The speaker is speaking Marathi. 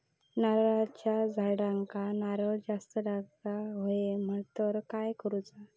नारळाच्या झाडांना नारळ जास्त लागा व्हाये तर काय करूचा?